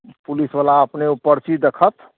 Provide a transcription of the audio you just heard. पुलिसवला अपने ओ परची देखत